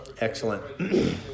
Excellent